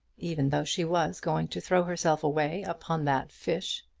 even though she was going to throw herself away upon that fish!